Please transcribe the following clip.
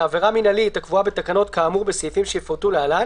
לעבירה מינהלית הקבועה בתקנות כאמור בסעיפים שיפורטו להלן